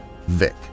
Vic